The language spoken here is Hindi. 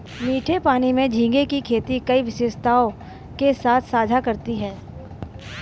मीठे पानी में झींगे की खेती कई विशेषताओं के साथ साझा करती है